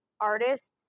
artists